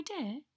idea